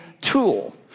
tool